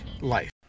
Life